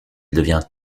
devient